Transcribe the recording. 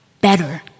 better